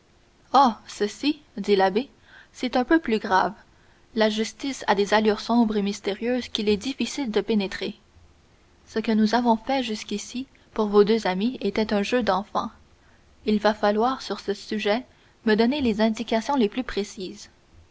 oh ceci dit l'abbé c'est un peu plus grave la justice a des allures sombres et mystérieuses qu'il est difficile de pénétrer ce que nous avons fait jusqu'ici pour vos deux amis était un jeu d'enfant il va falloir sur ce sujet me donner les indications les plus précises